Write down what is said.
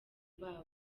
babo